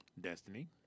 Destiny